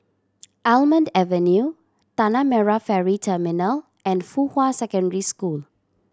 Almond Avenue Tanah Merah Ferry Terminal and Fuhua Secondary School